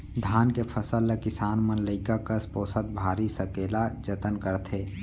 धान के फसल ल किसान मन लइका कस पोसत भारी सकेला जतन करथे